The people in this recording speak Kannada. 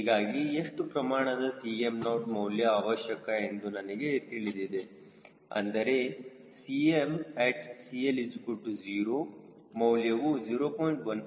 ಹೀಗಾಗಿ ಎಷ್ಟು ಪ್ರಮಾಣದ Cm0 ಮೌಲ್ಯ ಅವಶ್ಯಕ ಎಂದು ನನಗೆ ತಿಳಿದಿದೆ ಅಂದರೆ at CLO ಮೌಲ್ಯವು 0